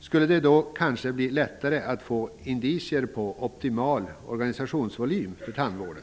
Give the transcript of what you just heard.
skulle det kanske bli lättare att få indicier på optimal organisationsvolym för tandvården.